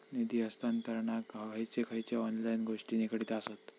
निधी हस्तांतरणाक खयचे खयचे ऑनलाइन गोष्टी निगडीत आसत?